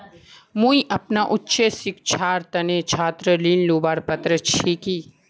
मुई अपना उच्च शिक्षार तने छात्र ऋण लुबार पत्र छि कि?